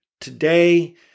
today